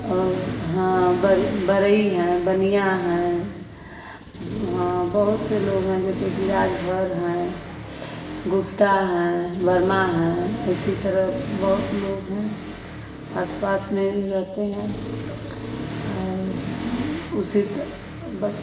और हाँ बरी बढ़इ हैं बनिया हैं वहाँ बहुत से लोग हैं जैसे कि राजभर हैं गुप्ता हैं वर्मा हैं इसी तरा बहुत लोग हैं आस पास में रहते हैं और उसी बस